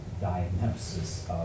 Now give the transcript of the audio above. diagnosis